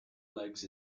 legs